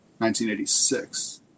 1986